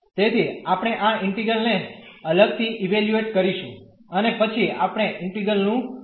તેથી આપણે આ ઇન્ટીગ્રલ ને અલગથી ઇવેલ્યુએટ કરીશું અને પછી આપણે ઇન્ટિગ્રલનું વેલ્યુ શોધી શકીશું